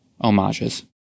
homages